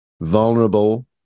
vulnerable